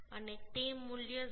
અને તે મૂલ્ય 0